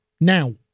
Now